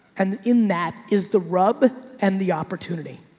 and in that is the rub and the opportunity,